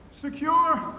Secure